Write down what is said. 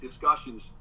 discussions